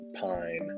pine